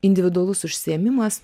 individualus užsiėmimas